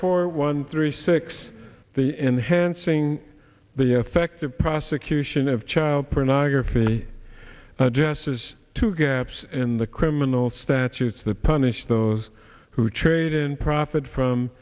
four one three six the enhancing the effective prosecution of child pornography addresses to gaps in the criminal statutes that punish those who trade and profit from